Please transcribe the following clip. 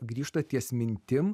grįžta ties mintim